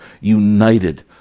united